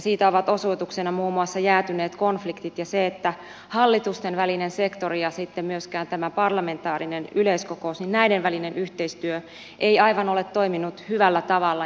siitä ovat osoituksena muun muassa jäätyneet konfliktit ja se että hallitustenvälisen sektorin ja parlamentaarisen yleiskokouksen välinen yhteistyö ei ole toiminut aivan hyvällä tavalla